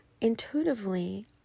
intuitively